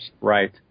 Right